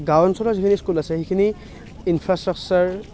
গাঁও অঞ্চলৰ যিখিনি স্কুল আছে সেইখিনি ইনফ্ৰাষ্ট্ৰাকচাৰ